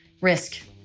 risk